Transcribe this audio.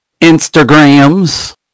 Instagrams